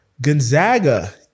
Gonzaga